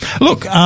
Look